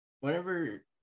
whenever